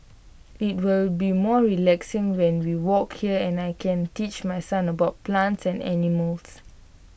IT will be more relaxing when we walk here and I can teach my son about plants and animals